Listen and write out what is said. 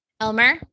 Elmer